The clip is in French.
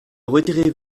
retirez